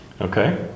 Okay